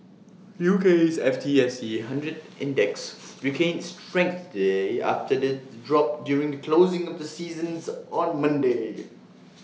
UK's F T S E hundred index regains strength today after its drop during closing of the sessions on Monday